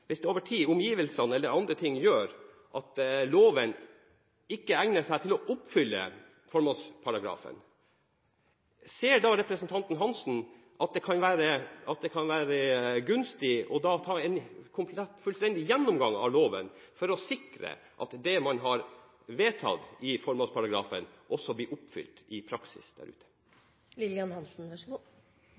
gjør at loven ikke egner seg til å oppfylle formålsparagrafen, ser da representanten Hansen at det kan være gunstig å ta en fullstendig gjennomgang av loven for å sikre at det man har vedtatt i formålsparagrafen, også blir oppfylt i praksis der